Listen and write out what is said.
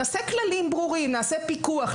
נעשה כללים ברורים ונעשה פיקוח.